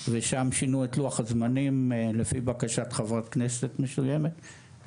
ושם שינו את לוח הזמנים לפי בקשת חברת כנסת מסוימת,